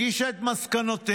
הגישה את מסקנותיה.